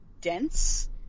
dense